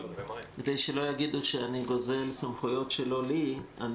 כדי שלא יגידו שאני גוזל סמכויות לא לי אני